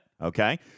Okay